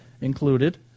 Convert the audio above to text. included